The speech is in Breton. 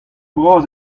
bras